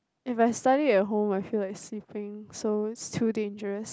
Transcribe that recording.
if I study at home I feel like sleeping so it's too dangerous